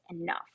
enough